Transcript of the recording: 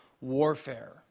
warfare